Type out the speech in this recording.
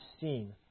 seen